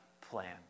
plan